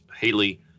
Haley